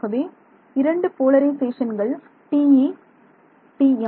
ஆகவே இரண்டு போலரிசேஷன்கள் TE TM